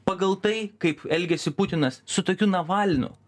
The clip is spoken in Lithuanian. pagal tai kaip elgiasi putinas su tokiu navalnu